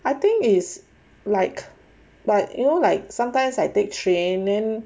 I think is like but you know like sometimes I take train